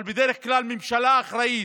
אבל בדרך כלל, ממשלה אחראית,